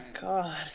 God